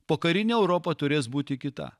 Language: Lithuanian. pokarinė europa turės būti kita